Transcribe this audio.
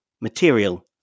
material